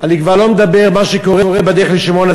אני כבר לא מדבר על מה שקורה בדרך לשמעון-הצדיק,